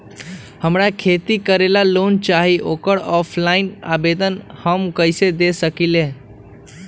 हमरा खेती करेला लोन चाहि ओकर ऑफलाइन आवेदन हम कईसे दे सकलि ह?